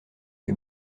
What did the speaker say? que